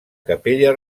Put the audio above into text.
capella